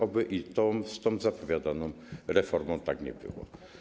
Oby i z tą zapowiadaną reformą tak nie było.